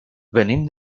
venim